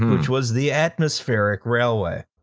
which was the atmospheric railway.